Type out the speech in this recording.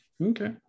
okay